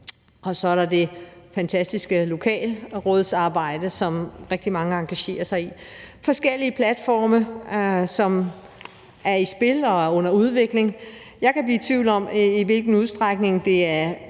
Og så er der det fantastiske lokalrådsarbejde, som rigtig mange engagerer sig i. Det er forskellige platforme, som er i spil og er under udvikling. Jeg kan blive i tvivl om, i hvilken udstrækning det er